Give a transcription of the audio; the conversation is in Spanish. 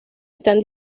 están